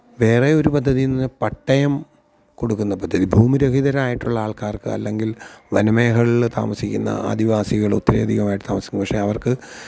വേറെ ഒരു പദ്ധതി എന്ന് പറഞ്ഞാൽ പട്ടയം കൊടുക്കുന്ന പദ്ധതി ഭൂമിരഹിതരായിട്ടുള്ള ആള്ക്കാര്ക്ക് അല്ലെങ്കില് വനമേഖളിൽ താമസിക്കുന്ന ആദിവാസികൾ ഒത്തിരി അധികമായിട്ട് താമസിക്കുന്നു പക്ഷെ അവര്ക്ക്